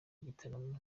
gitaramo